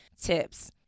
tips